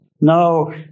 No